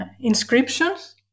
inscriptions